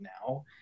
now